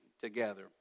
together